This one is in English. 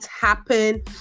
happen